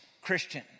Christian